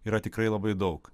yra tikrai labai daug